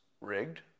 rigged